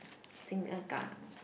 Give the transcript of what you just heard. singa~